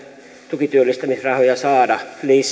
tukityöllistämisrahoja saada lisää